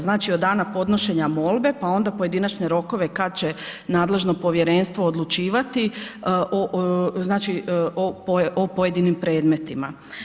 Znači od danas podnošenja molbe pa onda pojedinačne rokove kad će nadležno povjerenstvo odlučivati o pojedinim predmetima.